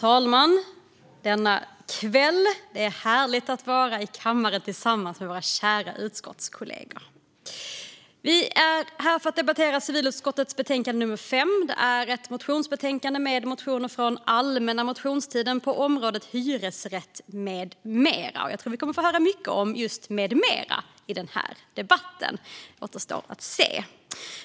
Fru talman! Det är härligt att vara i kammaren tillsammans med våra kära utskottskollegor denna kväll. Vi är här för att debattera civilutskottets betänkande CU5. Det är ett motionsbetänkande med motioner från allmänna motionstiden på området hyresrätt med mera, och jag tror att vi kommer att få höra mycket om just det där "med mera" i den här debatten. Det återstår att se!